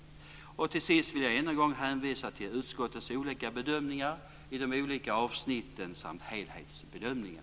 Till sist vill jag än en gång hänvisa till utskottets olika bedömningar i de olika avsnitten samt helhetsbedömningen.